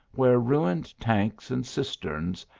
where ruined tanks and cisterns,